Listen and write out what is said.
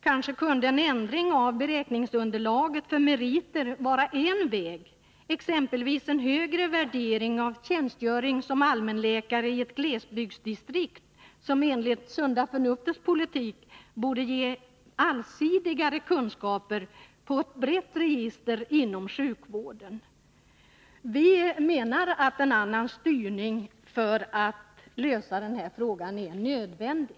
Kanske kunde en ändring av beräkningsunderlaget för meriter vara en väg, exempelvis en högre värdering av tjänstgöring som allmänläkare i ett glesbygdsdistrikt, som enligt sunda förnuftets politik borde ge allsidigare kunskaper på ett brett register inom sjukvården. Vi menar att en annan styrning är nödvändig.